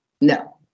no